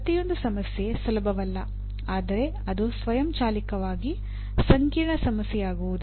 ಪ್ರತಿಯೊಂದು ಸಮಸ್ಯೆ ಸುಲಭವಲ್ಲ ಆದರೆ ಅದು ಸ್ವಯಂಚಾಲಿತವಾಗಿ ಸಂಕೀರ್ಣ ಸಮಸ್ಯೆಯಾಗುವುದಿಲ್ಲ